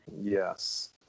Yes